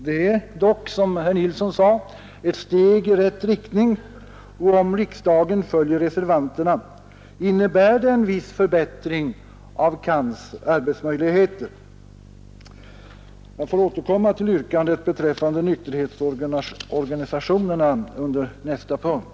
Det är dock, som herr Nilsson i Agnäs sade, ett steg i rätt riktning, och om riksdagen följer reservanterna innebär det en viss förbättring av CAN:s arbetsmöjligheter. Jag får återkomma till yrkandet beträffande nykterhetsorganisationerna under nästa punkt.